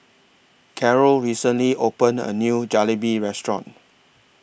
Carole recently opened A New Jalebi Restaurant